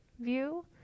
view